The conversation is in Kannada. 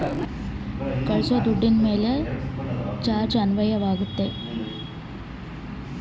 ಬೇರೆ ಬ್ಯಾಂಕ್ ಅಕೌಂಟಿಗೆ ದುಡ್ಡು ಕಳಸಾಕ ಎಷ್ಟು ಚಾರ್ಜ್ ಮಾಡತಾರ?